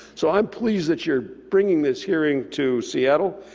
so i'm pleased that you're bringing this hearing to seattle.